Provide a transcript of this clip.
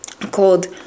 called